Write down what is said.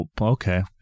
Okay